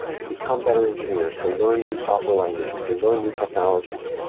to become better engineers, to learn new software languages, to learn new technologies.